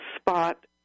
spot